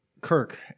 Kirk